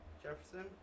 Jefferson